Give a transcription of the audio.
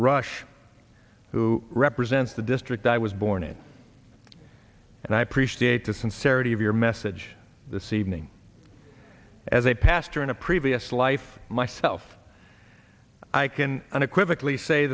rush who represents the district i was born in and i appreciate the sincerity of your message this evening as a pastor in a previous life myself i can unequivocally say